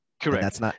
Correct